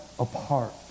apart